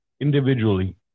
individually